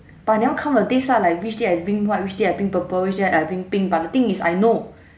but I never count the days ah like which day I bring what which day I bring purple which day I bring pink but the thing is I know